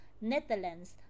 Netherlands